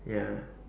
ya